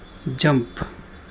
jump